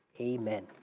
amen